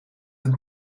een